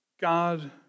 God